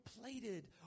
plated